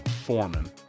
foreman